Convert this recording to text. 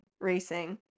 racing